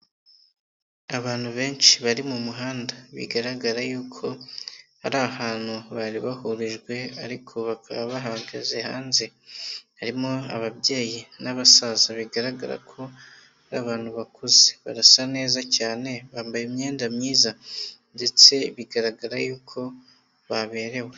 Abantu benshi bari mu muhanda. Bigaragara yuko, hari ahantu bari bahurijwe ariko bakaba bahagaze hanze. Harimo ababyeyi n'abasaza bigaragara ko, ari abantu bakuze, barasa neza cyane, bambaye imyenda myiza, ndetse bigaragara yuko baberewe.